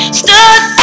stood